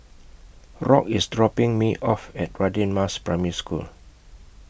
Rock IS dropping Me off At Radin Mas Primary School